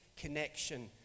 connection